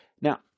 Now